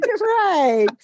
Right